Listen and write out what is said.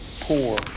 poor